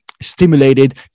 stimulated